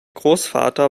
großvater